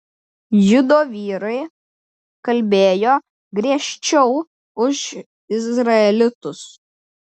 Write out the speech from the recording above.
judo vyrai kalbėjo griežčiau už izraelitus